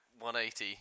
180